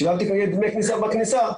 שילמתי כרגע דמי כניסה בכניסה,